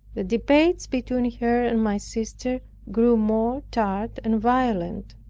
the debates between her and my sister grew more tart and violent.